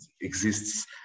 exists